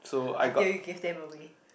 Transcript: until you give them away